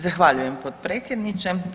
Zahvaljujem potpredsjedniče.